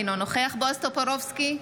אינו נוכח בועז טופורובסקי,